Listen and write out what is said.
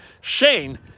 Shane